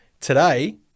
Today